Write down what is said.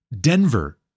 Denver